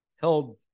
held